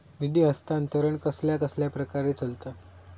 निधी हस्तांतरण कसल्या कसल्या प्रकारे चलता?